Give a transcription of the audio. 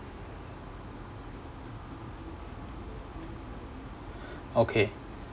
okay